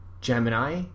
Gemini